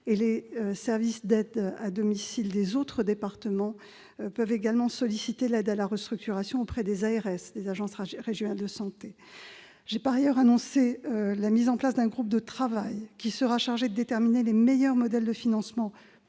à domicile, les SAAD, des autres départements peuvent également solliciter l'aide à la restructuration auprès des agences régionales de santé. J'ai annoncé la mise en place d'un groupe de travail qui sera chargé de déterminer le meilleur modèle de financement pour les